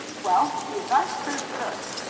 well, the advice proved good.